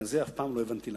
אף פעם לא הבנתי למה.